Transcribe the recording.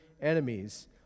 enemies